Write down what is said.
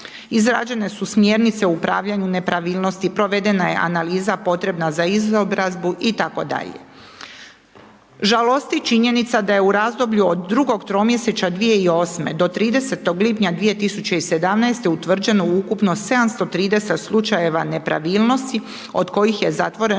Izrađene su smjernice u upravljanju nepravilnosti, provedena je analiza potrebna za izobrazbu itd. Žalosti činjenica da je u razdoblju od drugog tromjesečja 2008. do 30. lipnja 2017. utvrđeno ukupno 730 slučajeva nepravilnosti od kojih je zatvoreno